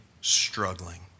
struggling